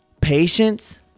Patience